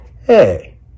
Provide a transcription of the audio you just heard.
hey